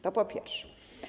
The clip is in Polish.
To po pierwsze.